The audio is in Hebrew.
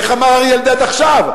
איך אמר אריה אלדד עכשיו,